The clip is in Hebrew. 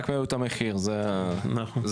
זה --- נכון.